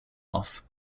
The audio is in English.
off